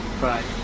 Right